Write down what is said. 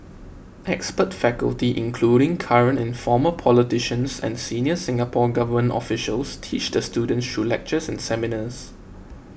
expert faculty including current and former politicians and senior Singapore Government officials teach the students through lectures and seminars